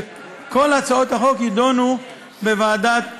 וכל הצעות החוק יידונו בוועדת העבודה,